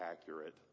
accurate